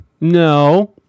No